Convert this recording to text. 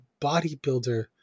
bodybuilder